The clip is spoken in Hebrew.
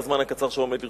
בזמן הקצר שעומד לרשותי.